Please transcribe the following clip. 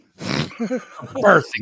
Birthing